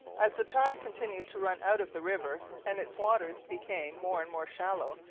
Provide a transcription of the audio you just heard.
as the tide continued to run out of the river, and its waters became more and more shallow,